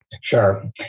Sure